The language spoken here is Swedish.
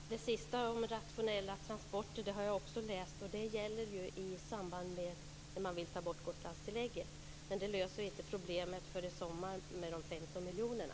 Fru talman! Det sista om rationella transporter har jag också läst. Det gäller ju i samband med att man vill ta bort Gotlandstillägget. Men det löser inte problemet i sommar med de 15 miljonerna.